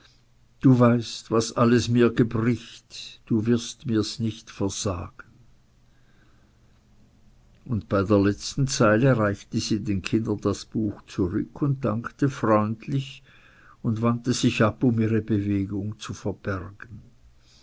du weißt was alles mir gebricht du wirst mir's nicht versagen und bei der letzten zeile reichte sie den kindern das buch zurück und dankte freundlich und wandte sich ab um ihre bewegung zu verbergen